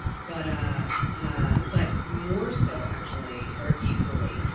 but ah ah but more so, actually, or equally,